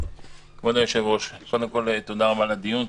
כבוד היושב ראש, תודה רבה על הדיון.